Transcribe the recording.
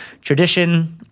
tradition